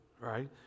right